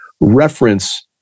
Reference